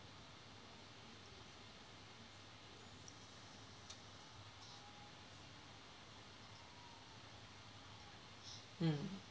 mm